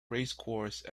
racecourse